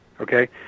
Okay